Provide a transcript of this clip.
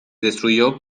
destruyó